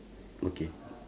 okay